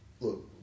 Look